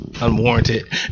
unwarranted